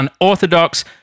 unorthodox